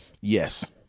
Yes